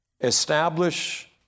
establish